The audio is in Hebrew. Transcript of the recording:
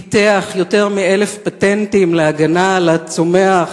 פיתח יותר מ-1,000 פטנטים להגנה על הצומח